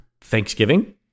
Thanksgiving